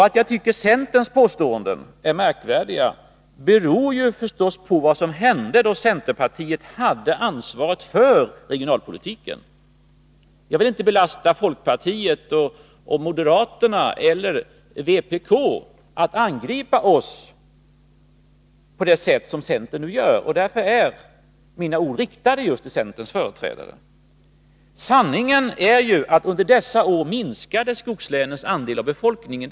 Att jag tycker centerns påståenden är märkvärdiga beror förstås på vad som hände då centerpartiet hade ansvaret för regionalpolitiken. Jag vill inte belasta folkpartiet, moderaterna eller vpk för att angripa oss på det sätt som centern nu gör, och därför är mina ord riktade just till centerns företrädare. Sanningen är ju att under dessa år minskade skogslänens andel av befolkningen.